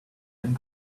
and